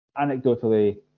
anecdotally